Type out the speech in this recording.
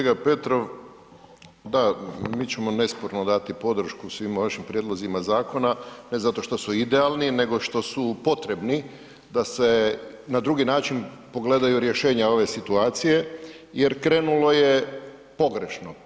Poštovani kolega Petrov, da mi ćemo nesporno dati podršku svim vašim prijedlozima zakona, ne zato što su idealni, nego što su potrebni da se na drugi način pogledaju rješenja ove situacije jer krenulo je pogrešno.